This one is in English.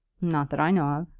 not that i know of,